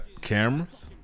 cameras